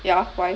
ya why